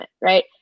right